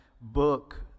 book